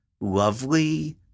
lovely